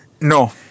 No